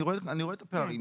אני רואה את הפערים.